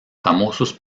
famosos